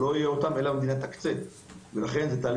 אם לא יהיו לי אותם, לא יהיה לי מאיפה לתקצב.